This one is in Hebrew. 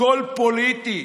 הכול פוליטי.